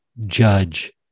judge